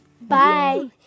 Bye